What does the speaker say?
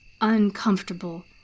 uncomfortable